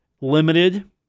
limited